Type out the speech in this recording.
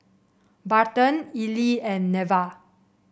Barton Ely and Neva